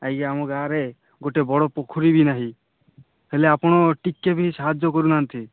ଆଜ୍ଞା ଆମ ଗାଆଁରେ ଗୋଟେ ବଡ଼ ପୋଖରୀ ବି ନାହିଁ ହେଲେ ଆପଣ ଟିକେ ବି ସାହାଯ୍ୟ କରୁନାହାନ୍ତି